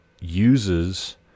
uses